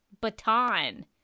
baton